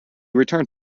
returned